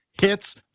hits